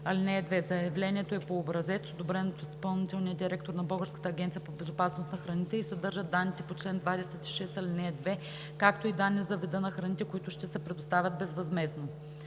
храните. (2) Заявлението е по образец, одобрен от изпълнителния директор на Българската агенция по безопасност на храните, и съдържа данните по чл. 26, ал. 2, както и данни за вида на храните, които ще се предоставят безвъзмездно.